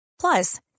Plus